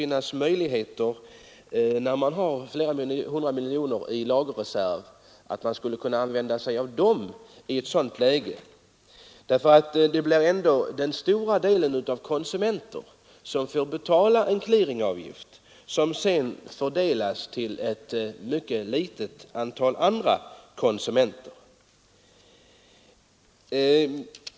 När man har flera hundra miljoner i reserv skulle man väl kunna använda dem i ett visst läge. Det blir ändå den stora delen av konsumenterna som får betala en clearingavgift som sedan fördelas till ett mycket litet antal andra konsumenter.